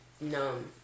numb